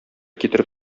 китереп